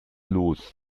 los